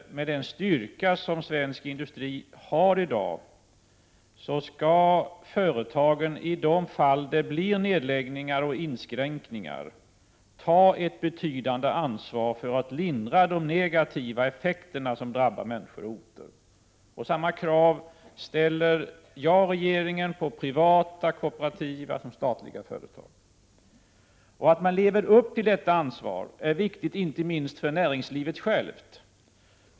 Med den styrka som svensk industri i dag har skall företagen enligt min mening, i de fall det blir fråga om nedläggningar och inskränkningar, ta ett betydande ansvar för att motverka de negativa effekter som drabbar människor och orter. Jag och regeringen ställer samma krav på privata, kooperativa och statliga företag. Att man lever upp till detta ansvar är viktigt, inte minst för näringslivet självt.